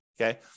okay